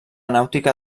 nàutica